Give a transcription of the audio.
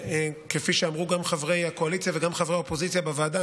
כפי שאמרו גם חברי הקואליציה וגם חברי האופוזיציה בוועדה.